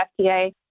FDA